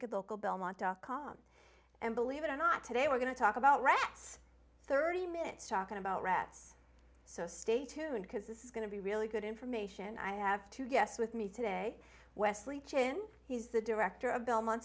could local belmont dot com and believe it or not today we're going to talk about rats thirty minutes talking about rats so stay tuned because this is going to be really good information i have two guests with me today wesley chin he's the director of belmont